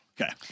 Okay